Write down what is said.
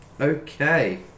Okay